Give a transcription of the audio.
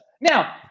Now